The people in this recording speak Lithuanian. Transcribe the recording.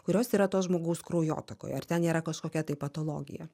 kurios yra to žmogaus kraujotakoje ar ten yra kažkokia tai patologija